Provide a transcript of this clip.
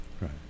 right